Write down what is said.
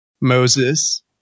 Moses